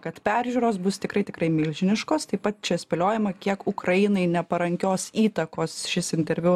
kad peržiūros bus tikrai tikrai milžiniškos taip pat čia spėliojama kiek ukrainai neparankios įtakos šis interviu